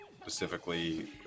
Specifically